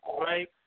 right